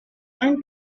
han